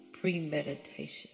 premeditation